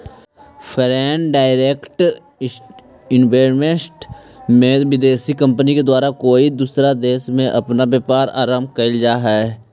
foreign direct investment में विदेशी company के द्वारा कोई दूसरा देश में अपना व्यापार आरंभ कईल जा हई